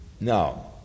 Now